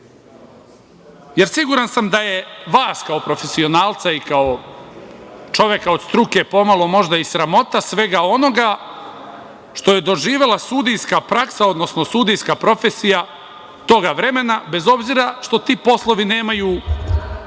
jer siguran sam da je vas kao profesionalca i kao čoveka od struke pomalo možda i sramota svega onoga što je doživela sudijska praksa, odnosno sudijska profesija tog vremena, bez obzira što ti poslovi nemaju